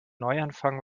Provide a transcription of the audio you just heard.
neuanfang